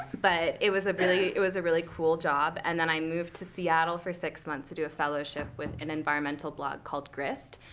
but it was a really it was a really cool job. and then i moved to seattle for six months to do a fellowship with an environmental blog called grist.